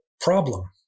problem